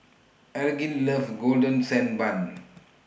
Elgin loves Golden Sand Bun